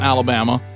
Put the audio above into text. Alabama